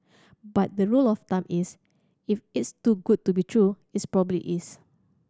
but the rule of thumb is if it's too good to be true its probably is